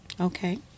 Okay